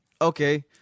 Okay